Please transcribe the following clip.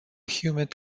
humid